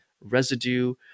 residue